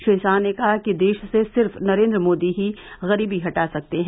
श्री शाह ने कहा कि देश से सिर्फ नरेन्द्र मोदी ही गरीबी हटा सकते हैं